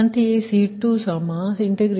ಅಂತೆಯೇ C2dC2dPg2 dPg20